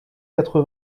quatre